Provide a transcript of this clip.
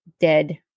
dead